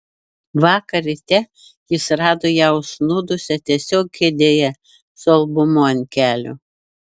vakar ryte jis rado ją užsnūdusią tiesiog kėdėje su albumu ant kelių